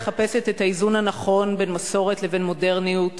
מחפשת את האיזון הנכון בין מסורת לבין מודרניות.